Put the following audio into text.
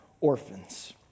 orphans